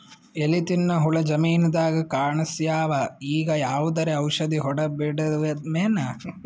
ಎಲಿ ತಿನ್ನ ಹುಳ ಜಮೀನದಾಗ ಕಾಣಸ್ಯಾವ, ಈಗ ಯಾವದರೆ ಔಷಧಿ ಹೋಡದಬಿಡಮೇನ?